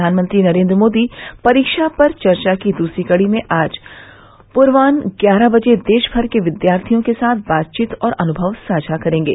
प्रधानमंत्री नरेन्द्र मोदी परीक्षा पर चर्चा की दूसरी कड़ी में आज पूर्वान्ह ग्यारह बजे देश भर के विद्यार्थियों के साथ बातचीत और अनुभव साझा करेंगे